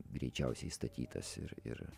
greičiausiai statytas ir ir